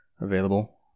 available